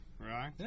right